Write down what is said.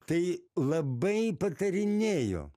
tai labai patarinėjo